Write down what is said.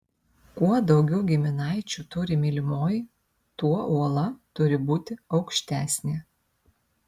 kuo daugiau giminaičių turi mylimoji tuo uola turi būti aukštesnė